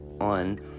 on